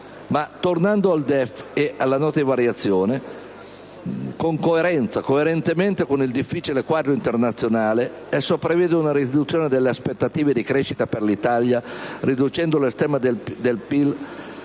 Ma tornando al DEF e alla relativa Nota di aggiornamento, coerentemente con il difficile quadro internazionale, esso prevede una riduzione delle aspettative di crescita per l'Italia, riducendo la stima del PIL